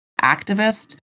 activist